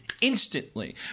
instantly